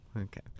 Okay